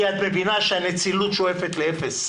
כי את מבינה שהנצילות שואפת לאפס.